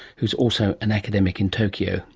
who is also an academic in tokyo,